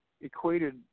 equated